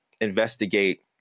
investigate